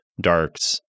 Dark's